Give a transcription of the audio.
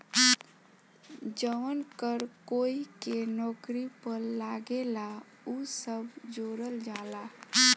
जवन कर कोई के नौकरी पर लागेला उ सब जोड़ल जाला